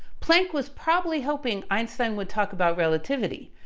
planck was probably hoping einstein would talk about relativity.